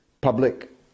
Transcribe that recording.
public